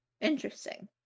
Interesting